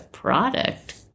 product